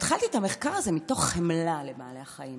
התחלתי את המחקר הזה מתוך חמלה לבעלי החיים,